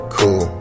cool